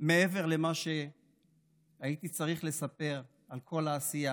מעבר למה שהייתי צריך לספר, על כל העשייה.